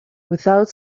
without